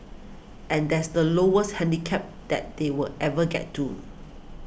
and that's the lowest handicap that they were ever get to